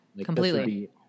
Completely